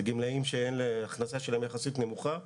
זה גמלאים שההכנסה שלהם נמוכה יחסית.